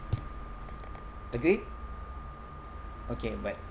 agreed okay but